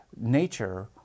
nature